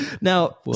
Now